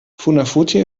funafuti